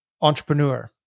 entrepreneur